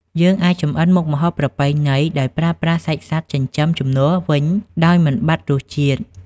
យើងអាចចម្អិនមុខម្ហូបប្រពៃណីដោយប្រើប្រាស់សាច់សត្វចិញ្ចឹមជំនួសវិញដោយមិនបាត់រសជាតិ។